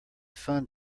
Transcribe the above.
fun